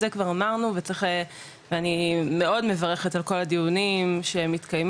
זה כבר אמרנו וצריך ואני מאוד מברכת על כל הדיונים שמתקיימים